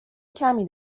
کمی